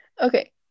okay